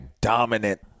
dominant